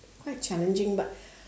quite challenging but